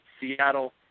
Seattle